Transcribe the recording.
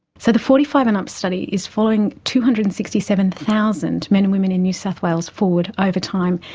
so the forty five and up study is following two hundred and sixty seven thousand men and women in new south wales forward over time.